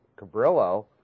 Cabrillo